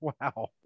Wow